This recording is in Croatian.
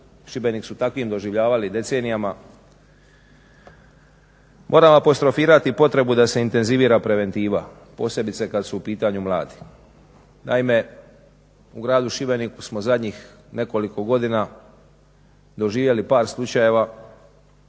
Šibenik su takvim doživljavali decenijama, moram apostrofirati potrebu da se intenzivira preventiva posebice kad su mladi u pitanju. Naime, u gradu Šibeniku smo zadnjih nekoliko godina doživjeli par slučajeva